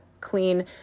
clean